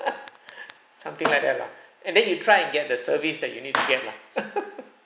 something like that lah and then you try and get the service that you need to get lah